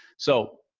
so